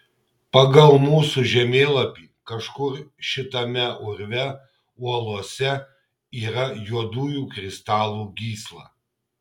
pagal mūsų žemėlapį kažkur šitame urve uolose yra juodųjų kristalų gysla